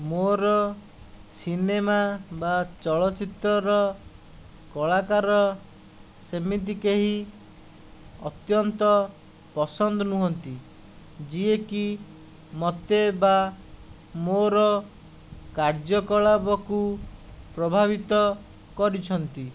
ମୋର ସିନେମା ବା ଚଳଚିତ୍ରର କଳାକାର ସେମିତି କେହି ଅତ୍ୟନ୍ତ ପସନ୍ଦ ନୁହନ୍ତି ଯିଏକି ମୋତେ ବା ମୋର କାର୍ଯ୍ୟକଳାପକୁ ପ୍ରଭାବିତ କରିଛନ୍ତି